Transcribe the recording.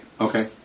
Okay